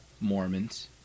Mormons